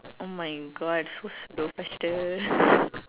oh my God so slow faster